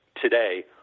today